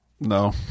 No